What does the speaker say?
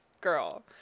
Girl